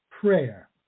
prayer